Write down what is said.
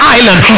Island